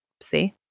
see